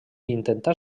intentà